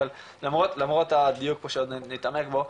אבל למרות הדיון פה שעוד נתעמק בו,